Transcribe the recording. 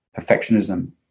perfectionism